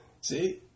See